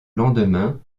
lendemain